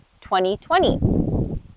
2020